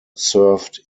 served